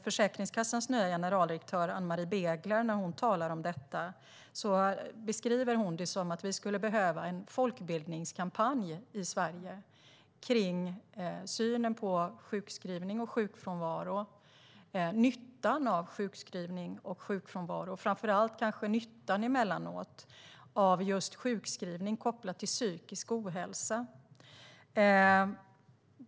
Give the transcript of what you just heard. Försäkringskassans nya generaldirektör Ann-Marie Begler beskriver det som att vi skulle behöva en folkbildningskampanj i Sverige om synen på sjukskrivning och sjukfrånvaro - och nyttan av sjukskrivning och sjukfrånvaro. Det gäller framför allt kanske nyttan emellanåt av sjukskrivning kopplat till psykisk ohälsa.